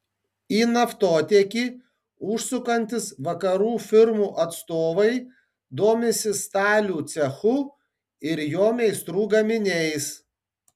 į naftotiekį užsukantys vakarų firmų atstovai domisi stalių cechu ir jo meistrų gaminiais